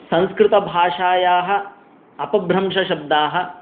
संस्कृतभाषायाः अपभ्रंशशब्दाः